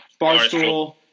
Barstool